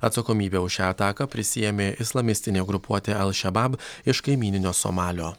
atsakomybę už šią ataką prisiėmė islamistinė grupuotė al šebab iš kaimyninio somalio